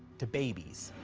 to babies.